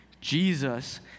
Jesus